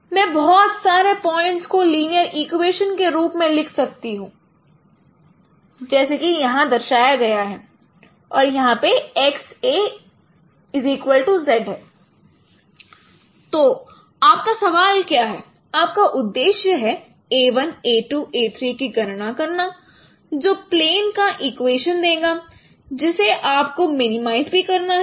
मैं बहुत सारे पॉइंट्स को लिनियर इक्वेशंस के रूप में लिख सकता हूं जैसे कि XA Z तो आप का सवाल क्या है आपका उद्देश्य है a₁ a₂ a₃ की गणना करना जो प्लेन का इक्वेशन देगा जिसे आपको मिनिमाइज भी करना है